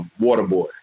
Waterboy